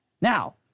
Now